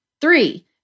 Three